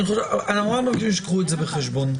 אני חושב שהם ייקחו את זה בחשבון.